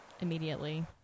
immediately